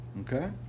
Okay